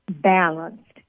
balanced